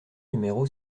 numéro